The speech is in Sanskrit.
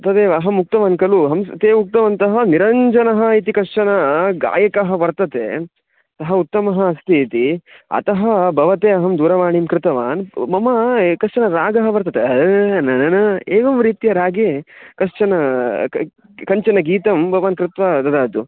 तदेव अहम् उक्तवान् खलु हंसः ते उक्तवन्तः निरञ्जनः इति कश्चनः गायकः वर्तते सः उत्तमः अस्ति इति अतः भवते अहं दूरवाणीं कृतवान् मम ए कश्चनः रागः वर्तते ए ए ए न न ना एवं रीत्या रागे कश्चनं कञ्चनं गीतं भवान् कृत्वा ददातु